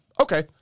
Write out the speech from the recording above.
Okay